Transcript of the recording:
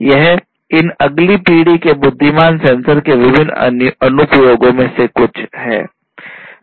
यह इन अगली पीढ़ी के बुद्धिमान सेंसर के विभिन्न अनुप्रयोगों में से कुछ हैं